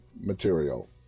material